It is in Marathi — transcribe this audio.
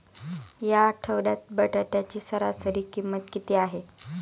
या आठवड्यात बटाट्याची सरासरी किंमत किती आहे?